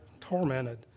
tormented